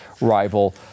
rival